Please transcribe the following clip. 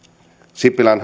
sipilän